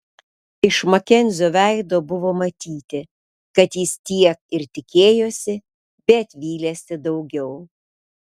iš makenzio veido buvo matyti kad jis tiek ir tikėjosi bet vylėsi daugiau